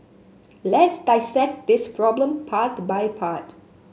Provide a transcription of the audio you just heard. let's dissect this problem part by part